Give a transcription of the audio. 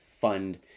fund